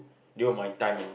devote my time and